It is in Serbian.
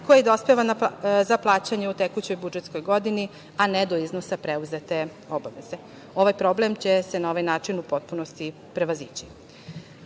koji dospeva za plaćanje u tekućoj budžetskoj godini, a ne do iznosa preuzete obaveze. Ovaj problem će se na ovaj način u potpunosti prevazići. Činjenica